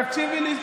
תקשיבי לי.